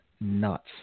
nuts